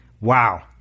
Wow